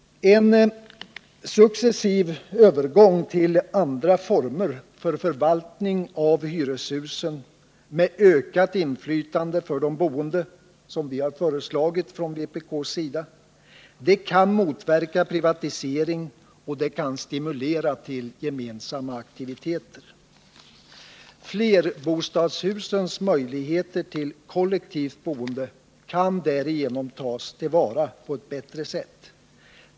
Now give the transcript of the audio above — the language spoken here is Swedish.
En successiv övergång till andra former för förvaltning av hyreshusen med ökat inflytande för de boende, som vpk har föreslagit, kan motverka privatisering och stimulera till gemensamma aktiviteter. Flerbostadshusens möjligheter till kollektivt boende kan därigenom tas till vara på ett bättre sätt.